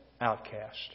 outcast